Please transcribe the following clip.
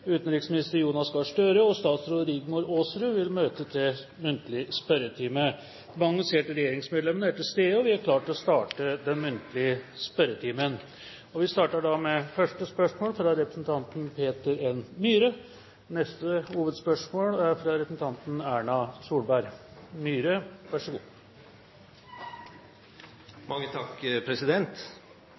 utenriksminister Jonas Gahr Støre statsråd Rigmor Aasrud De annonserte regjeringsmedlemmer er til stede, og vi er klare til å starte den muntlige spørretimen. Vi starter da med første hovedspørsmål, fra representanten Peter N. Myhre.